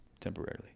temporarily